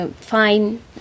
fine